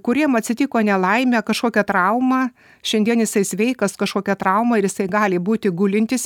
kuriem atsitiko nelaimė kažkokia trauma šiandien jisai sveikas kažkokia trauma ir jisai gali būti gulintis